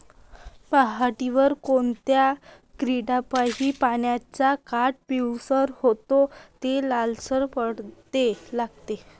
पऱ्हाटीवर कोनत्या किड्यापाई पानाचे काठं पिवळसर होऊन ते लालसर पडाले लागते?